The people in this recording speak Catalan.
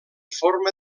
forma